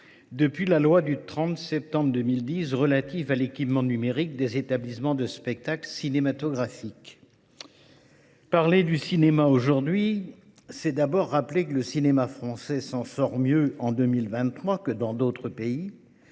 depuis la loi du 30 septembre 2010 relative à l’équipement numérique des établissements de spectacles cinématographiques. Parler du cinéma aujourd’hui, c’est d’abord rappeler que le cinéma français s’en sort mieux en 2023 que dans d’autres pays